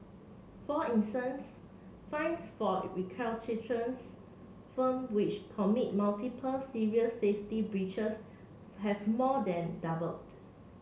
for instance fines for firm which commit multiple serious safety breaches have more than doubled